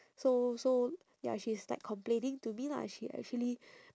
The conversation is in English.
so so ya she's like complaining to me lah she actually